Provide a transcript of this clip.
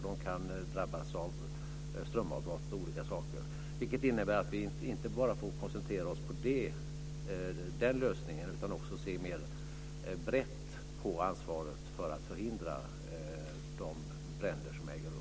De kan drabbas av strömavbrott osv. Det betyder att vi inte bara får koncentrera oss på den lösningen, utan också måste se mer brett på ansvaret för att förhindra de bränder som äger rum.